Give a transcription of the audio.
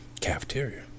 cafeteria